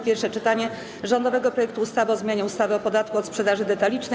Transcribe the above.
Pierwsze czytanie rządowego projektu ustawy o zmianie ustawy o podatku od sprzedaży detalicznej.